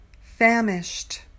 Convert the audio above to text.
Famished